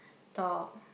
top